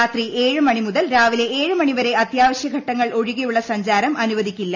രാത്രി എഴ് മണി മുതൽ രാവിലെ ഏഴ് മണിവരെ അത്യാവശ്യഘട്ടങ്ങൾ ഒഴികെയുള്ള സഞ്ചാരം അനുവദിക്കില്ല